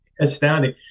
astounding